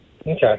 Okay